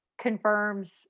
confirms